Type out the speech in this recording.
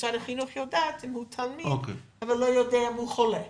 משרד החינוך יודע אם הוא תלמיד אבל לא יודע אם הוא חולה.